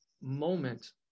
moment